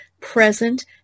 present